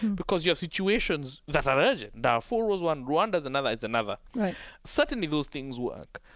because you have situations that are urgent. darfur was one. rwanda is another is another right certainly those things work,